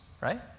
right